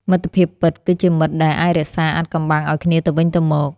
មិត្តភាពពិត គឺជាមិត្តដែលអាចរក្សាអាថ៌កំបាំងឱ្យគ្នាទៅវិញទៅមក។